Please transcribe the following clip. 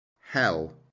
Hell